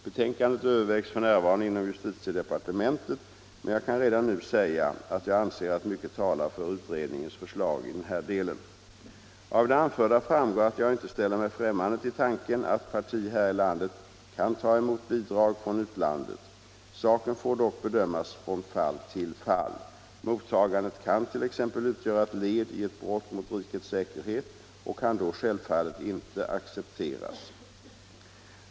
Betänkandet övervägs f. n. inom justitiedepartementet, men jag kan redan nu säga att jag anser att mycket talar för utredningens förslag i den här delen. Av det anförda framgår att jag inte ställer mig främmande till tanken att parti här i landet kan ta emot bidrag från utlandet. Saken får dock bedömas från fall till fall. Mottagandet kan t.ex. utgöra ett led i ett brott mot rikets säkerhet och kan då självfallet inte accepteras.